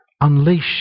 unleash